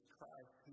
Christ